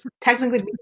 technically